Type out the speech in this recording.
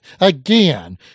again